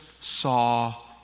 saw